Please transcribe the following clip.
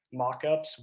mockups